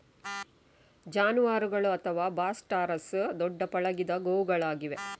ಜಾನುವಾರುಗಳು ಅಥವಾ bos taurus ದೊಡ್ಡ ಪಳಗಿದ ಗೋವುಗಳಾಗಿವೆ